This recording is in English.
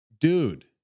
Dude